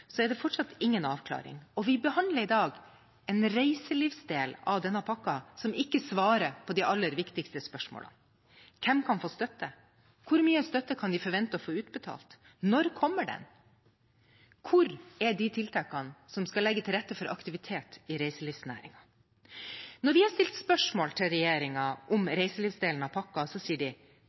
er det fortsatt ingen avklaring. Vi behandler i dag en reiselivsdel av denne pakken som ikke svarer på de aller viktigste spørsmålene: Hvem kan få støtte, hvor mye støtte kan de forvente å få utbetalt, når kommer den, hvor er de tiltakene som skal legge til rette for aktivitet i reiselivsnæringen? Når vi har stilt spørsmål til regjeringen om reiselivsdelen av pakken, sier de: